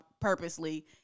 purposely